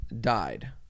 died